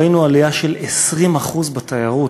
ראינו עלייה של 20% בתיירות.